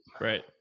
Right